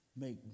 make